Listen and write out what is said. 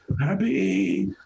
happy